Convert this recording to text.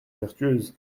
vertueuse